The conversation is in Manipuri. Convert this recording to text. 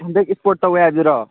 ꯍꯟꯗꯛ ꯏꯁꯄꯣꯔꯠ ꯇꯧꯏ ꯍꯥꯏꯕꯗꯨꯔꯣ